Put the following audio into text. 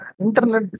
Internet